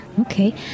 Okay